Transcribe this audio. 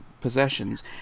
Possessions